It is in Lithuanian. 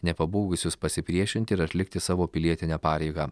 nepabūgusius pasipriešinti ir atlikti savo pilietinę pareigą